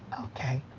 okay.